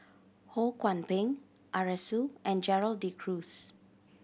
Ho Kwon Ping Arasu and Gerald De Cruz